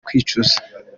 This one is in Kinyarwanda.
kwicuza